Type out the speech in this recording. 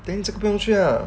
then 就不用去 lah